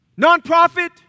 Nonprofit